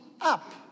up